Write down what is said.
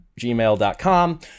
gmail.com